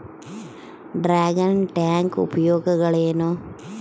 Dragon tank ಉಪಯೋಗಗಳೇನು?